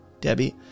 Debbie